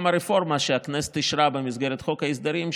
גם הרפורמה שהכנסת אישרה במסגרת חוק ההסדרים,